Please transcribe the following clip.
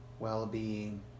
well-being